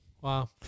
Wow